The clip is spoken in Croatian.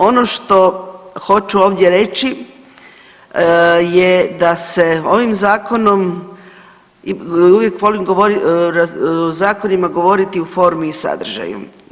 Ono što hoću ovdje reći, je da se ovim zakonom uvijek volim o zakonima govoriti u formi i sadržaju.